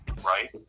right